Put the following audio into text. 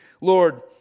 Lord